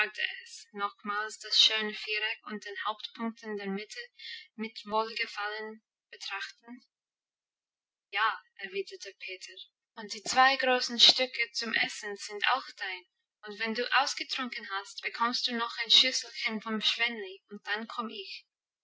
nochmals das schöne viereck und den hauptpunkt in der mitte mit wohlgefallen betrachtend ja erwiderte peter und die zwei großen stücke zum essen sind auch dein und wenn du ausgetrunken hast bekommst du noch ein schüsselchen vom schwänli und dann komm ich